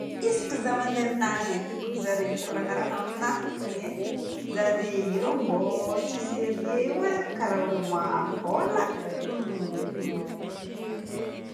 Isaky zaho mandeha aminare aty ko zare mikoragna raha aminahy fôgna e. Zare io rô mbô tsy sérieux io e, karaha olo mahôla hmm